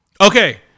Okay